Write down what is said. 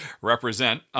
represent